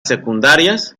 secundarias